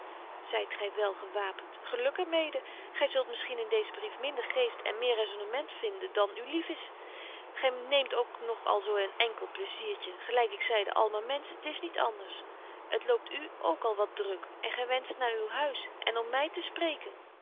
zyt gy wel gewapent geluk er mede gy zult misschien in deezen brief minder geest en meer raisonnement vinden dan u lief is gy neemt ook nog al zo een enkelt plaisiertje gelyk ik zeide allemaal menschen t is niet anders het loopt u ook al wat druk en gy wenscht naar uw huis en om my te spreken